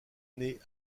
née